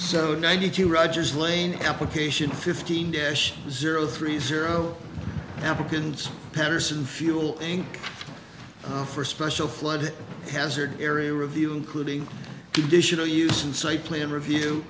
do i need to rogers lane application fifteen dash zero three zero applicants patterson fuel inc offer special flood hazard area review including conditional use in sight plan review